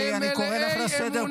הם מלאי אמונה.